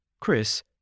Chris